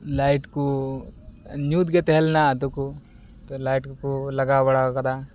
light ᱠᱚ ᱧᱩᱛ ᱜᱮ ᱛᱟᱦᱮᱸ ᱞᱮᱱᱟ ᱟᱫᱚ ᱠᱚ ᱞᱟᱭᱤᱴ ᱠᱚᱠᱚ ᱞᱟᱜᱟᱣ ᱵᱟᱲᱟ ᱟᱠᱟᱫᱟ